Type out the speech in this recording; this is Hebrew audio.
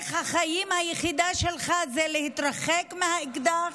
דרך החיים היחידה שלך היא להתרחק מהאקדח,